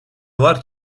var